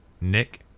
Nick